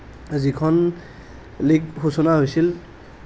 যিখন লিগ ঘোষণা হৈছিল